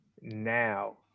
now